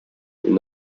will